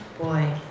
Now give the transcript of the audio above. boy